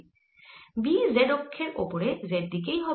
B z অক্ষের ওপরে z দিকেই হবে